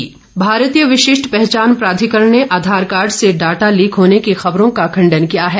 आधार भारतीय विशिष्ट पहचान प्राधिकरण ने आधार कार्ड से डाटा लीक होने की खबरों का खंडन किया है